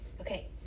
Okay